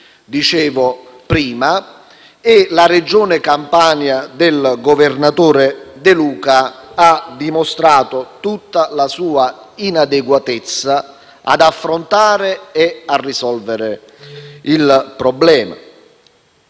La Regione Campania del governatore De Luca ha dimostrato tutta la sua inadeguatezza ad affrontare e a risolvere il problema.